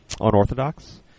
unorthodox